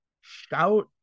Shout